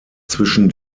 zwischen